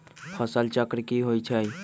फसल चक्र की होइ छई?